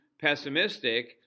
pessimistic